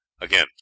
Again